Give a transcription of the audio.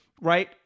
right